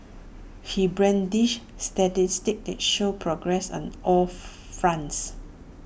he brandished statistics that showed progress on all fronts